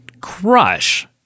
crush